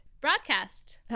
Broadcast